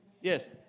Yes